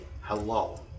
hello